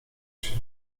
się